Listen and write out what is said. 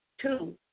Two